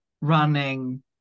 running